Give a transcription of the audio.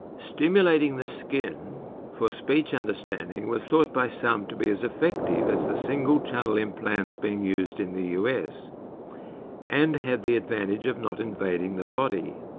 stimulating the skin for speech understanding was thought by some to be as effective as the single-channel implants being used in the us, and had the advantage of not invading the body.